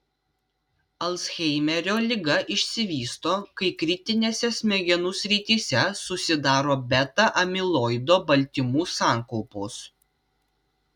alzheimerio liga išsivysto kai kritinėse smegenų srityse susidaro beta amiloido baltymų sankaupos